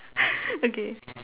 okay